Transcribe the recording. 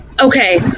Okay